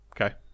Okay